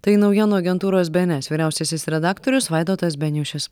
tai naujienų agentūros bėenes vyriausiasis redaktorius vaidotas beniušis